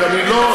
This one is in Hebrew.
כי אני לא,